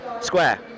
square